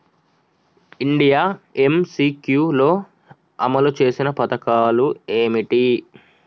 India MCQ లో అమలు చేసిన పథకాలు ఏమిటి?